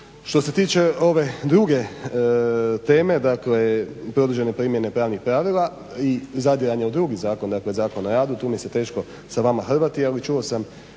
Što se tiče ove druge teme, dakle produžene primjene pravnih pravila i zadiranje u drugi zakon, dakle Zakon o radu. Tu mi se teško sa vama hrvati, ali čuo sam